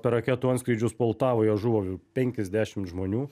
per raketų antskrydžius poltavoje žuvo penkiasdešimt žmonių